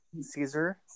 Caesar